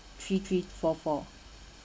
three three four four